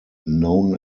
known